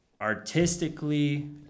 Artistically